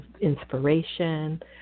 inspiration